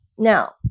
Now